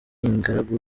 ingaragu